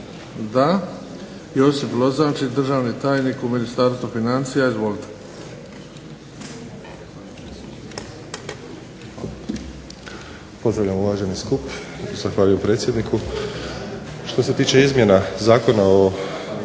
Da. Josip Lozančić, državni tajnik u Ministarstvu financija. Izvolite.